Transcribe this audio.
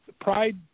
pride